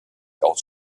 aus